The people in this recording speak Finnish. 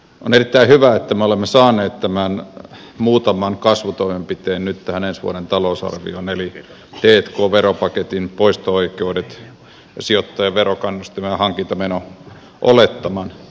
on erittäin hyvä että me olemme saaneet muutaman kasvutoimenpiteen tähän ensi vuoden talousarvioon eli t k veropaketin poisto oikeudet ja sijoittajan verokannustimen hankintameno olettaman